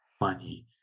money